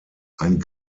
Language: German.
ein